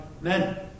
men